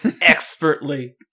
expertly